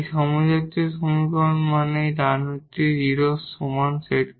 homogeneous সমীকরণ মানে এই ডান হাতটি 0 এর সমান সেট করা